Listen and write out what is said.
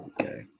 Okay